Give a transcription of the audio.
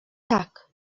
tak